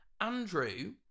Andrew